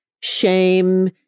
shame